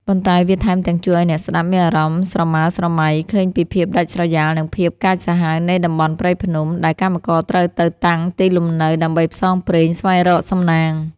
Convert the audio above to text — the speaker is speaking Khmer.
ប៉ុន្តែវាថែមទាំងជួយឱ្យអ្នកស្ដាប់មានអារម្មណ៍ស្រមើស្រមៃឃើញពីភាពដាច់ស្រយាល និងភាពកាចសាហាវនៃតំបន់ព្រៃភ្នំ ដែលកម្មករត្រូវទៅតាំងទីលំនៅដើម្បីផ្សងព្រេងស្វែងរកសំណាង។